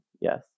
Yes